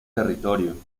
territorio